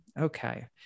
okay